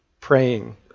praying